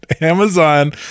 amazon